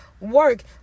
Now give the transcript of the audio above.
work